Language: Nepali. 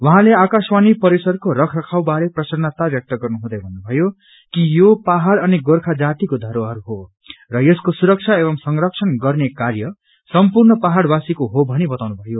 उहाँले आकाशवाणी परिषरको रखरखाव बारे प्रसन्नता ब्यक्त गर्नु हुँदै भन्नुभयो यो पहाड़ अनि गोर्खाजातिको धरोहर हो र यसको सुरक्षा एव संरक्षण गर्ने कार्य सम्पूग्र पहाड़वासीको हो अनि बताउनु भयो